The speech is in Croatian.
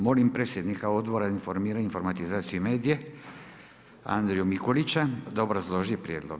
Molim predsjednika Odbora za informiranje, informatizaciju i medije Andriju Mikulića da obrazloži prijedlog.